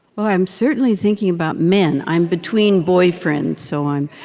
well, i'm certainly thinking about men. i'm between boyfriends, so i'm